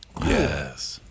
Yes